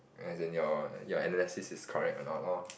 as in your your analysis is correct or not loh